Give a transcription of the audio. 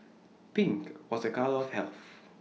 pink was A colour of health